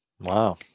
Wow